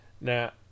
Now